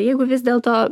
jeigu vis dėlto